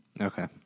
Okay